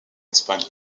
espagne